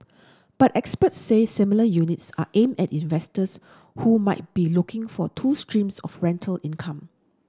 but experts say smaller units are aimed at investors who might be looking for two streams of rental income